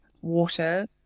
water